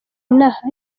inaha